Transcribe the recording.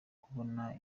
kubona